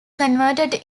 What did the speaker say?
converted